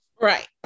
right